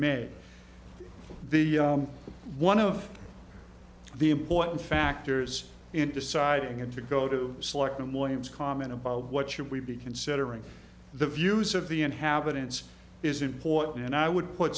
made the one of the important factors in deciding and to go to select and millenniums comment about what should we be considering the views of the inhabitants is important and i would put